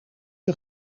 een